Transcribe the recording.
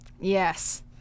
yes